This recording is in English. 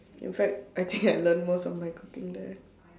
in fact I think learn most of my cooking there